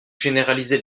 généraliser